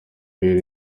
rero